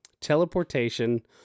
Teleportation